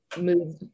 move